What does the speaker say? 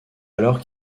alors